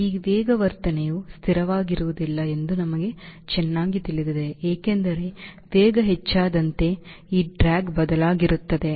ಈ ವೇಗವರ್ಧನೆಯು ಸ್ಥಿರವಾಗಿರುವುದಿಲ್ಲ ಎಂದು ನಮಗೆ ಚೆನ್ನಾಗಿ ತಿಳಿದಿದೆ ಏಕೆಂದರೆ ವೇಗ ಹೆಚ್ಚಾದಂತೆ ಈ ಡ್ರ್ಯಾಗ್ ಬದಲಾಗುತ್ತಿರುತ್ತದೆ